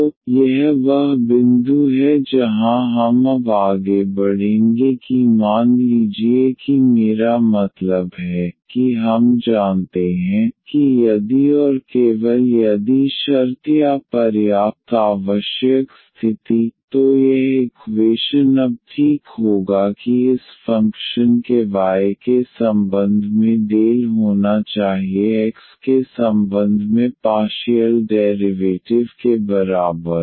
तो यह वह बिंदु है जहां हम अब आगे बढ़ेंगे कि मान लीजिए कि मेरा मतलब है कि हम जानते हैं कि यदि और केवल यदि शर्त या पर्याप्त आवश्यक स्थिति तो यह इक्वेशन अब ठीक होगा कि इस फंक्शन के y के संबंध में डेल होना चाहिए x के संबंध में पार्शियल डेरिवेटिव के बराबर